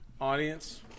audience